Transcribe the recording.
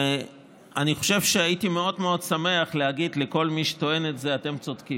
אני חושב שהייתי מאוד מאוד שמח להגיד לכל מי שטוען את זה: אתם צודקים,